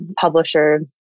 publisher